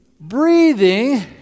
breathing